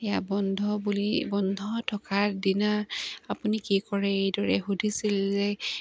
সেয়া বন্ধ বুলি বন্ধ থকাৰ দিনা আপুনি কি কৰে এইদৰে সুধিছিল যে